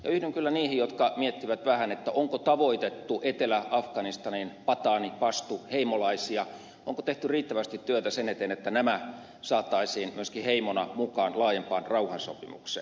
yhdyn kyllä niihin jotka miettivät vähän sitä onko tavoitettu etelä afganistanin pataani pastuheimolaisia onko tehty riittävästi työtä sen eteen että nämä saataisiin myöskin heimona mukaan laajempaan rauhansopimukseen